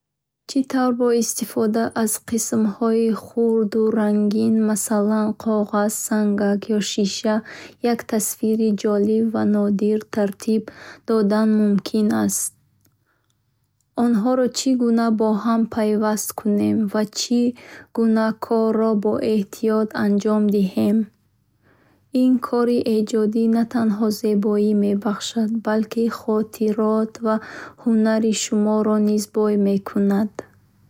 Чӣ тавр бо истифода аз қисмҳои хурду рангин масалан, коғаз, сангак ё шиша як тасвири ҷолиб ва нодир тартиб додан мумкин аст. Мо мебинем, ки чӣ гуна маводҳоро интихоб кунем, онҳоро чӣ гуна бо ҳам пайваст кунем ва чӣ гуна корро бо эҳтиёт анҷом диҳем. Ин кори эҷодӣ на танҳо зебоӣ мебахшад, балки хотирот ва ҳунари шуморо низ бой мекунад.